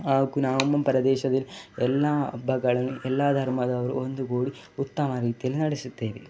ಹಾಗೂ ನಮ್ಮ ಪ್ರದೇಶದಲ್ಲಿ ಎಲ್ಲ ಹಬ್ಬಗಳನ್ನು ಎಲ್ಲ ಧರ್ಮದವರು ಒಂದುಗೂಡಿ ಉತ್ತಮ ರೀತಿಯಲ್ಲಿ ನಡೆಸುತ್ತೇವೆ